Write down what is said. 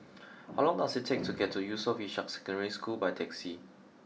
how long does it take to get to Yusof Ishak Secondary School by taxi